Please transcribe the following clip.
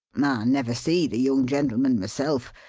never see the young gentleman, myself.